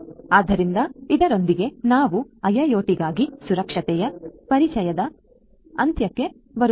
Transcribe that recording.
ಆದ್ದರಿಂದ ಇದರೊಂದಿಗೆ ನಾವು IIoT ಗಾಗಿ ಸುರಕ್ಷತೆಯ ಪರಿಚಯದ ಅಂತ್ಯಕ್ಕೆ ಬರುತ್ತೇವೆ